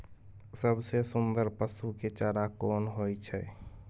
सबसे सुन्दर पसु के चारा कोन होय छै?